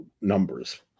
numbers